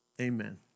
Amen